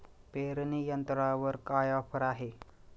पेरणी यंत्रावर काय ऑफर आहे?